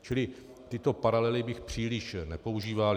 Čili tyto paralely bych příliš nepoužíval.